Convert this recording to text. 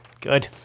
Good